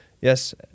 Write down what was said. Yes